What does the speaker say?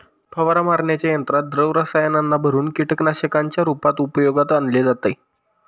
फवारा मारण्याच्या यंत्रात द्रव रसायनांना भरुन कीटकनाशकांच्या रूपात उपयोगात आणले जाते